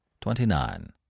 Twenty-nine